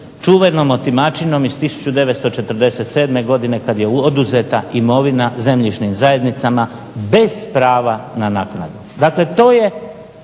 čuvenom otimačinom iz 1947.godine kada je oduzeta imovina zemljišnim zajednicama bez prava na naknadu.